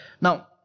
Now